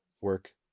work